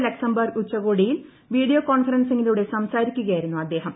Luxembourg ഉച്ചകോടിയിൽ India video കോൺഫെറെൻസിങ്ങിലൂടെ സംസാരിക്കുകയായിരുന്നു അദ്ദേഹം